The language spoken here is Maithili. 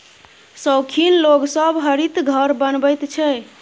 शौखीन लोग सब हरित घर बनबैत छै